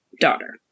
daughter